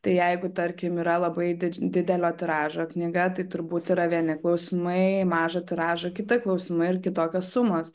tai jeigu tarkim yra labai didelio tiražo knyga tai turbūt yra vieni klausimai mažo tiražo kiti klausimai ir kitokios sumos